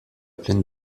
plaine